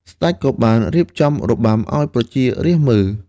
ស្ដេចក៏បានរៀបចំរបាំឱ្យប្រជារាស្ត្រមើល។